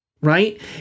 right